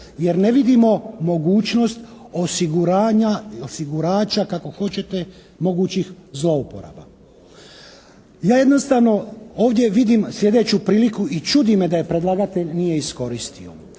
jer ne vidimo mogućnost osiguranja, osigurača kako hoćete mogućih zlouporaba. Ja jednostavno ovdje vidim slijedeću priliku i čudi me da je predlagatelj nije iskoristio,